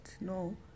no